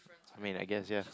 main I guess ya